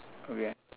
okay